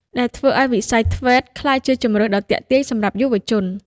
ដែលធ្វើឱ្យវិស័យ ធ្វេត TVET ក្លាយជាជម្រើសដ៏ទាក់ទាញសម្រាប់យុវជន។